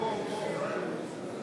מנואל טרכטנברג, בעד מרדכי יוגב,